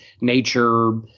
nature